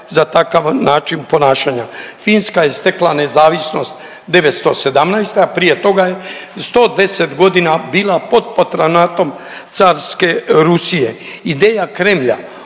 za takav način ponašanja. Finska je stekla nezavisnost 1917., a prije toga je 110 godina bila pod patronatom Carske Rusije. Ideja Krelja